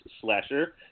Slasher